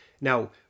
now